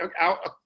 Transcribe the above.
out